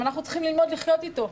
ואנחנו צריכים ללמוד לחיות איתו.